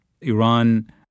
Iran